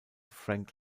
frank